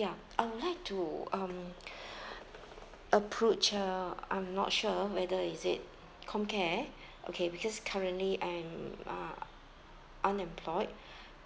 ya I would like to um approach uh I'm not sure whether is it comcare okay because currently I'm uh unemployed